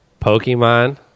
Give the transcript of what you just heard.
Pokemon